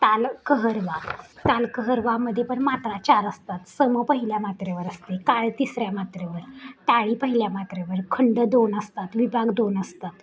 तालकहरवा तालकहरवामध्ये पण मात्रा चार असतात सम पहिल्या मात्रेवर असते काळ तिसऱ्या मात्रेवर टाळी पहिल्या मात्रेवर खंड दोन असतात विभाग दोन असतात